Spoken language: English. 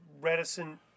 reticent